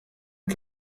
uko